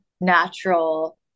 natural